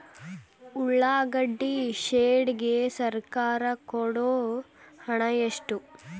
ಉಳ್ಳಾಗಡ್ಡಿ ಶೆಡ್ ಗೆ ಸರ್ಕಾರ ಕೊಡು ಹಣ ಎಷ್ಟು?